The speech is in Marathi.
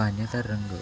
पाण्याचा रंग